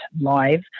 live